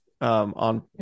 on